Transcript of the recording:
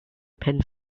pins